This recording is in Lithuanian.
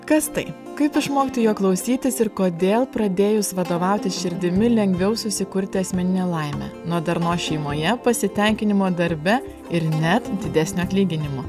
kas tai kaip išmokti jo klausytis ir kodėl pradėjus vadovautis širdimi lengviau susikurti asmeninę laimę nuo darnos šeimoje pasitenkinimo darbe ir net didesnio atlyginimo